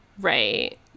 right